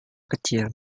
kecil